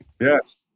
Yes